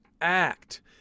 act